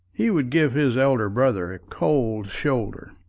he would give his elder brother a cold shoulder.